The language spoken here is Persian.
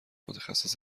متخصص